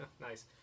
Nice